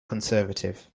conservative